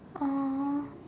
oh